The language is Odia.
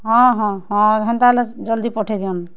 ହଁ ହଁ ହଁ ହେନ୍ତା ହେଲେ ଜଲ୍ଦି ପଠେଇ ଦିଅନ୍